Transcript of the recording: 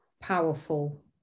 powerful